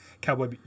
Cowboy